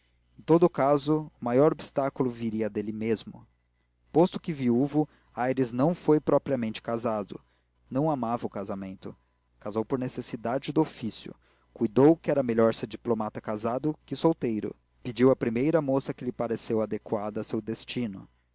todo caso o maior obstáculo viria dele mesmo posto que viúvo aires não foi propriamente casado não amava o casamento casou por necessidade do ofício cuidou que era melhor ser diplomata casado que solteiro e pediu a primeira moça que lhe pareceu adequada ao seu destino